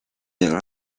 her